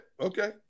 okay